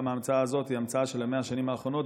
גם ההמצאה הזאת היא המצאה של 100 השנים האחרונות,